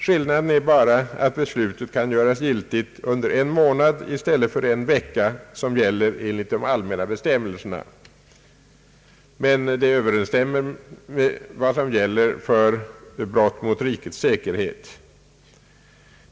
Skillnaden är bara att beslutet kan göras giltigt under en månad i stället för under en vecka som gäller enligt de allmänna bestämmelserna. Men det överensstämmer med vad som gäller för brott mot rikets säkerhet.